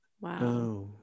Wow